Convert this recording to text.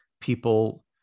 people